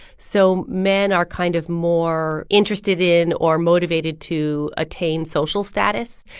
so men are kind of more interested in or motivated to attain social status,